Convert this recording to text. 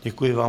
Děkuji vám.